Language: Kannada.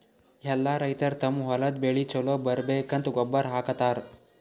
ಎಲ್ಲಾ ರೈತರ್ ತಮ್ಮ್ ಹೊಲದ್ ಬೆಳಿ ಛಲೋ ಬರ್ಬೇಕಂತ್ ಗೊಬ್ಬರ್ ಹಾಕತರ್